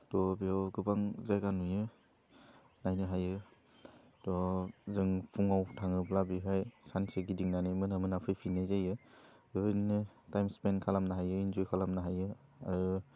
थ' बेयाव गोबां जायगा नुयो नायनो हायो थ' जों फुङाव थाङोब्ला बेहाय सानसे गिदिंनानै मोना मोना फैफिन्नाय जायो बे बायदिनो टाइम स्पेन खालामनो हायो इनजय खालामनो हायो आरो